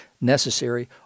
necessary